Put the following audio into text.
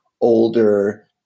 older